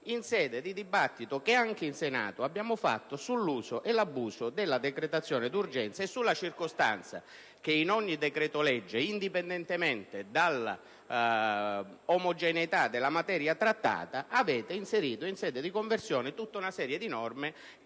nel dibattito che, anche in Senato, abbiamo fatto sull'uso e l'abuso della decretazione d'urgenza. Va considerato che in ogni decreto-legge, indipendentemente dall'omogeneità della materia trattata, avete inserito in sede di conversione tutta una serie di norme